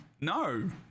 no